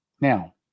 Now